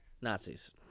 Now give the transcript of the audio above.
Nazis